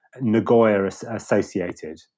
Nagoya-associated